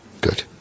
Good